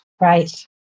Right